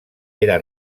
era